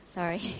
sorry